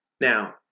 now